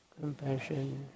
compassion